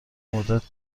مدت